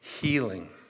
healing